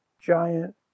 giant